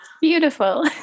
beautiful